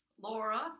Laura